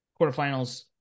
quarterfinals